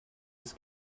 his